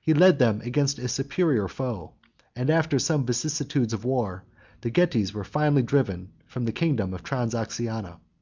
he led them against a superior foe and, after some vicissitudes of war the getes were finally driven from the kingdom of transoxiana.